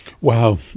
Wow